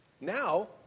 now